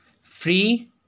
Free